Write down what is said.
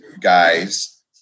guys